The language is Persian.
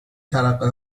ترقه